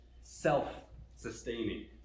self-sustaining